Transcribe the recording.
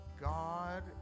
God